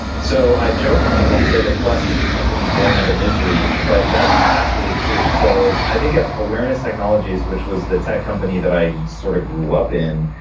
so i joke with people and say that quest was a company born out of misery, but that's actually true. so i think if awareness technologies, which was the tech company that i sort of grew up in,